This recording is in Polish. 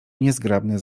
niezgrabne